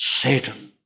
Satan